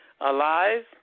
alive